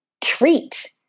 treat